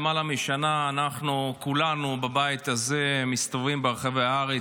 למעלה משנה אנחנו כולנו בבית הזה מסתובבים ברחבי הארץ,